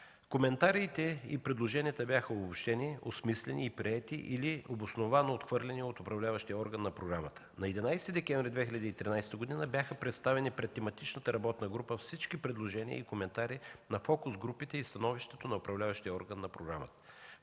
Коментарите и предложенията бяха обобщени, осмислени и приети или обосновано отхвърлени от управляващия орган на програмата. На 11 декември 2013 г. пред тематичната работна група бяха представени всички предложения и коментари на фокус групите и становището на управляващия орган на програмата.